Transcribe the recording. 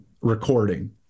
recording